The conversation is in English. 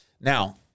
Now